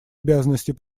обязанности